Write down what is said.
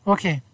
Okay